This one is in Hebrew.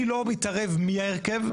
אני לא מתערב מי ההרכב,